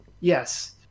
Yes